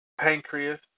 pancreas